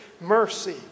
mercy